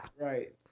Right